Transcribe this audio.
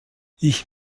ich